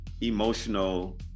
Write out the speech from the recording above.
emotional